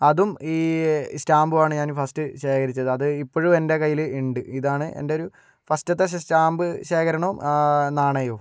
അതും ഈ സ്റ്റാമ്പുമാണ് ഞാൻ ഫസ്റ്റ് ശേഖരിച്ചത് അത് ഇപ്പോഴും എൻ്റെ കയ്യിൽ ഉണ്ട് ഇതാണ് എൻ്റെ ഒരു ഫസ്റ്റത്തെ സ്റ്റാമ്പ് ശേഖരണവും നാണയവും